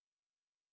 hello